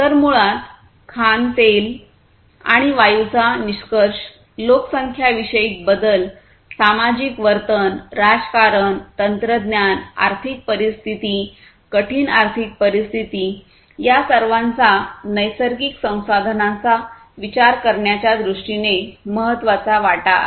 तर मुळात खाण तेल आणि वायूचा निष्कर्ष लोकसंख्याविषयक बदल सामाजिक वर्तन राजकारण तंत्रज्ञान आर्थिक परिस्थिती कठीण आर्थिक परिस्थिती या सर्वांचा नैसर्गिक संसाधनांचा विचार करण्याच्या दृष्टीने महत्त्वाचा वाटा आहे